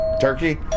Turkey